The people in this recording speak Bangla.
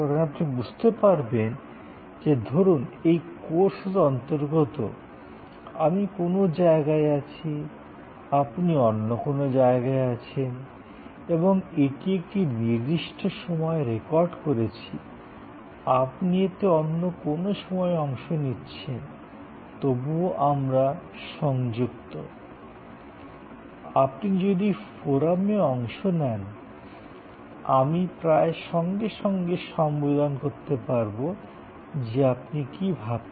কারণ আপনি বুঝতে পারবেন যে ধরুন এই কোর্সের অন্তর্গত আমি কোনও জায়গায় আছি আপনি অন্য কোনও জায়গায় আছেন আমি এটি একটি নির্দিষ্ট সময়ে রেকর্ড করেছি আপনি এতে অন্য কোনও সময়ে অংশ নিচ্ছেন তবুও আমরা সংযুক্ত আপনি যদি ফোরামে অংশ নেন আমি প্রায় সঙ্গে সঙ্গে অনুভব করতে পারবো যে আপনি কি ভাবছেন